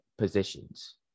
Positions